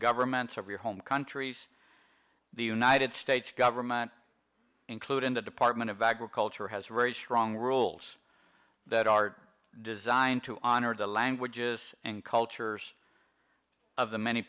governments of your home countries the united states government including the department of agriculture has a very strong rules that are designed to honor the languages and cultures of the many